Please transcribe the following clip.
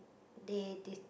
they they